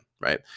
right